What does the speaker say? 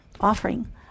offering